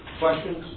Questions